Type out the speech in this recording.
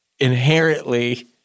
Inherently